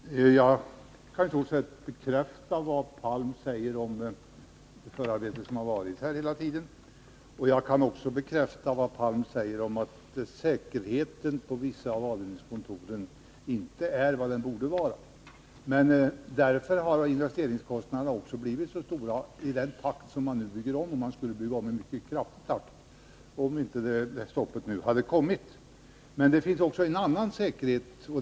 Herr talman! Jag kan i stort sett bekräfta vad Sture Palm säger om det förarbete som har ägt rum. Jag kan också bekräfta Sture Palms uttalande att säkerheten på vissa avdelningskontor inte är vad den borde vara. Därför har investeringskostnaderna också blivit så stora när man nu i rask takt bygger om. Man skulle f. ö. ha byggt om i en mycket snabb takt, om inte stoppet nu hade kommit. Det finns också en annan säkerhetsaspekt.